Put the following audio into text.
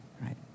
right